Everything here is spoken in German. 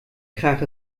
krach